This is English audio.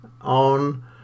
on